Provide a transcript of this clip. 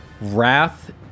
Wrath